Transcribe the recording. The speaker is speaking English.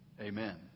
Amen